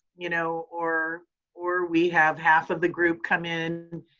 you know, or or we have half of the group come in,